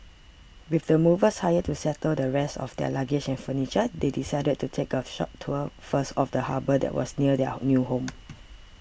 with the movers hired to settle the rest of their luggage and furniture they decided to take a short tour first of the harbour that was near their new home